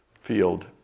field